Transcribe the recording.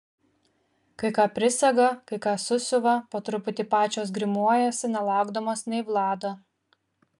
kai ką prisega kai ką susiuva po truputį pačios grimuojasi nelaukdamos nei vlado